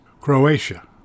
Croatia